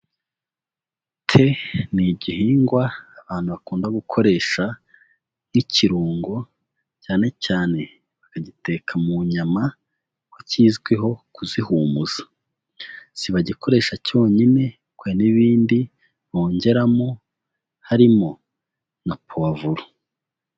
Te ni igihingwa abantu bakunda gukoresha nk'ikirungo, cyane cyane bakagiteka mu nyama kuko kizwiho kuzihumuza, sibagikoresha cyonyine kuko hari n'ibindi bongeramo, harimo nka puwavuro.